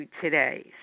today